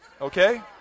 Okay